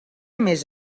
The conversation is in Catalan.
més